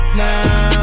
now